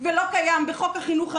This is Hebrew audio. ולא קיים בחוק החינוך הרגיל,